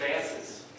advances